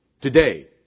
today